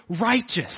righteous